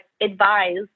advised